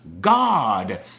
God